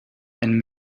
and